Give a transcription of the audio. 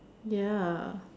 ya